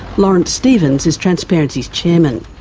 lawrence stephens is transparency's chairman.